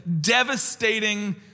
devastating